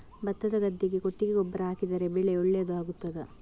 ಭತ್ತದ ಗದ್ದೆಗೆ ಕೊಟ್ಟಿಗೆ ಗೊಬ್ಬರ ಹಾಕಿದರೆ ಬೆಳೆ ಒಳ್ಳೆಯದು ಆಗುತ್ತದಾ?